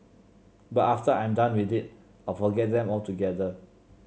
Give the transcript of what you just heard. but after I'm done with it I'll forget them altogether